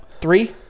Three